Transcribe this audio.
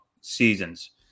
seasons